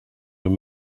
were